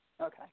Okay